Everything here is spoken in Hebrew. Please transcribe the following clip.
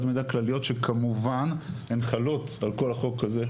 מידע כלליות שכמובן הן חלות על כל החוק הזה.